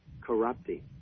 corrupting